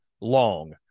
long